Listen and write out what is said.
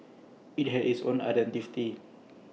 IT had its own identity